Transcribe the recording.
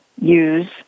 use